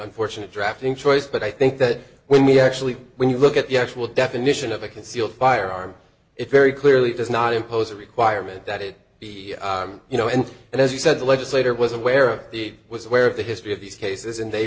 unfortunate drafting choice but i think that when we actually when you look at the actual definition of a concealed firearm it very clearly does not impose a requirement that it be you know in and as he said the legislator was aware of the was aware of the history of these cases and they